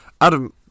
adam